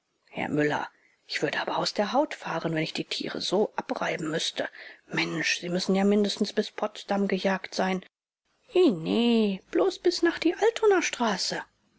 herr müller ich würde aber aus der haut fahren wenn ich die tiere so abtreiben müßte mensch sie müssen ja mindestens bis potsdam gejagt sein i nee bloß bis nach die altonaer straße